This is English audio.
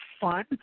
fun